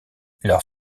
leurs